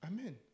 Amen